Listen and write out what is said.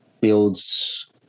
builds